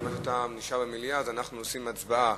מכיוון שאתה נשאר במליאה אז אנחנו עושים הצבעה,